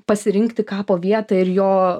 pasirinkti kapo vietą ir jo